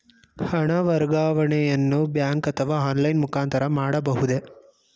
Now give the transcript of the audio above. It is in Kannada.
ಹಣ ವರ್ಗಾವಣೆಯನ್ನು ಬ್ಯಾಂಕ್ ಅಥವಾ ಆನ್ಲೈನ್ ಮುಖಾಂತರ ಮಾಡಬಹುದೇ?